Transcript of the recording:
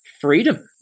freedom